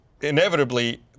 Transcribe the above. inevitably